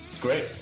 Great